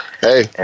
Hey